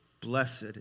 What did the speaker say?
blessed